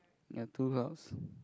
ya two halves